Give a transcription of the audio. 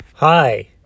Hi